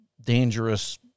dangerous